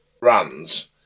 runs